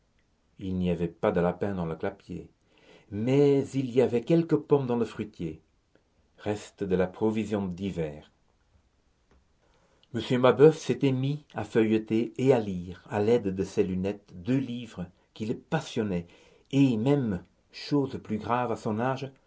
il n'y avait pas de lapins dans le clapier mais il y avait quelques pommes dans le fruitier reste de la provision d'hiver m mabeuf s'était mis à feuilleter et à lire à l'aide de ses lunettes deux livres qui le passionnaient et même chose plus grave à son âge